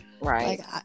Right